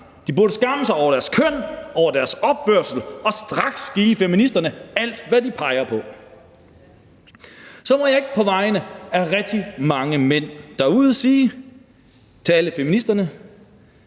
De burde skamme sig over deres køn og over deres opførsel og straks give feminister alt, hvad de peger på. Så må jeg ikke på vegne af rigtig mange mænd derude sige til alle feministerne: